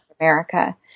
America